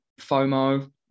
FOMO